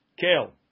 kale